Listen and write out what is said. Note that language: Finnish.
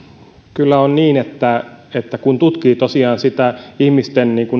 kyllä on niin että että kun tutkii tosiaan sitä ihmisten